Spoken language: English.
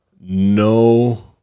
No